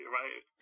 right